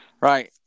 Right